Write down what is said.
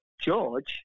George